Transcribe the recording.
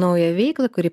naują veiklą kuri